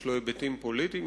יש לו היבטים פוליטיים,